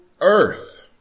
earth